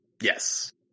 Yes